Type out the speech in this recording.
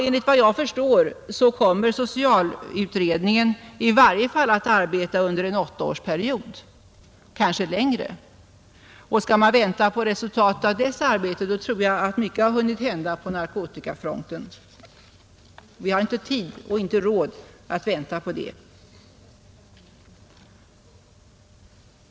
Enligt vad jag förstår kommer socialutredningen att arbeta i varje fall under en åttaårsperiod, kanske längre. Skall man vänta på resultatet av det arbetet, tror jag att mycket under tiden hinner hända på narkotikafronten. Vi har inte tid och råd att vänta på det.